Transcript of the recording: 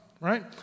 right